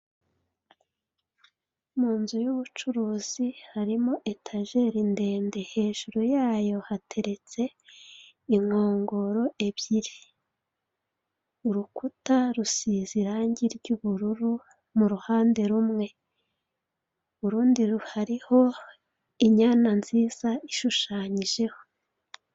Mu nzu y'ubucuruzi harimo etajeri ndende hejuru yayo hateretse inkongoro ebyiri, urukuta rusize irangi ry'ubururu mu ruhande rumwe, urundi hariho inyana nziza ishushanyijeho.